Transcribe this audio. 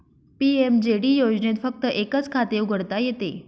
PMJD योजनेत फक्त एकच खाते उघडता येते